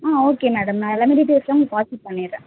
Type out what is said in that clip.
ஆ okay madam நான் எல்லாமே டீடெயல்ஸ்லாம் உங்களுக்கு வாட்ஸ்ஆப் பண்ணிடறேன்